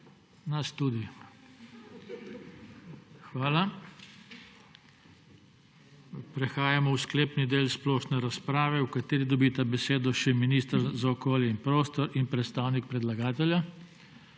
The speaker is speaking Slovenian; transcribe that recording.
Nas tudi. Hvala. Prehajamo v sklepni del splošne razprave, v kateri dobita besedo še minister za okolje in prostor ter predstavnik predlagatelja.